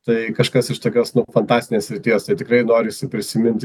tai kažkas iš tokios nu fantastinės srities tai tikrai norisi prisiminti